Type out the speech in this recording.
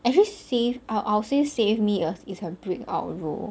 actually save out I would say save me was is her breakout role